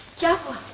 go